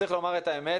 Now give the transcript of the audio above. צריך לומר גם את האמת,